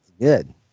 good